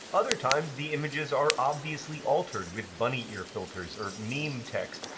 other times, the images are obviously altered with bunny ear filters or meme text.